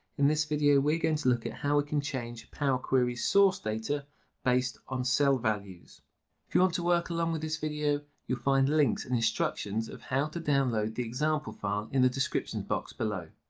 in this video, we're going to look at how we can change power query's source data based on cell values. if you want to work along with this video, you'll find links and instructions of how to download the example file in the description box below.